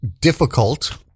difficult